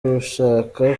ubishaka